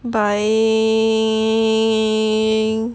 buying